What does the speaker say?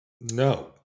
No